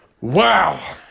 Wow